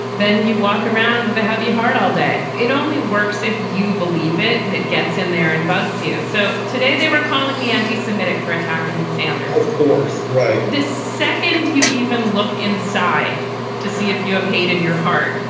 then you walk around with a heavy heart all day. it only works if you believe it. and it gets in there and bugs you. so today they were calling me anti-semitic for attacking sanders of course, right this second you even look inside to see if you have hate in your heart.